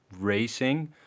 racing